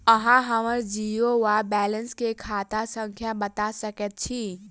अहाँ हम्मर जीरो वा बैलेंस केँ खाता संख्या बता सकैत छी?